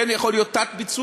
כן יכול להיות תת-ביצוע,